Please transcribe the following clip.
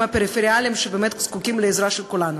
הפריפריאליים שבאמת זקוקים לעזרה של כולנו.